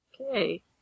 Okay